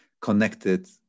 connected